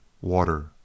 water